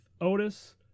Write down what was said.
Otis